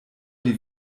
die